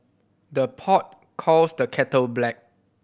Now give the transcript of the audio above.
the pot calls the kettle black